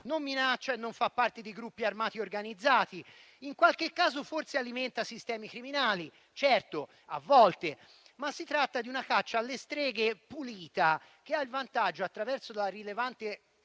non minaccia e non fa parte di gruppi armati organizzati; in qualche caso, forse alimenta sistemi criminali (certo, a volte), ma si tratta di una caccia alle streghe pulita, che ha il vantaggio, attraverso la rilevante